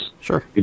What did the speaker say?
Sure